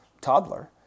toddler